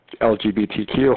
LGBTQ